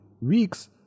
weeks